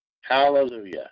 Hallelujah